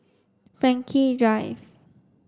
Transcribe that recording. Frankel Drive